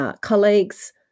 colleagues